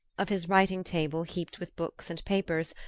of his writing-table heaped with books and papers,